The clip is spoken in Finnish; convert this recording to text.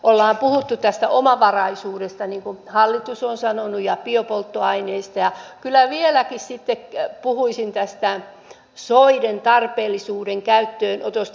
ollaan puhuttu tästä omavaraisuudesta niin kuin hallitus on sanonut ja biopolttoaineista ja kyllä vieläkin puhuisin soiden tarpeellisuudesta ja käyttöönotosta